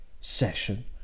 session